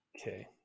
okay